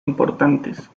importantes